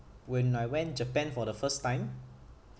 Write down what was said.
when I went japan for the first time